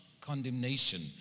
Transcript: condemnation